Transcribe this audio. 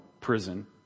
prison